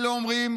אלה אומרים: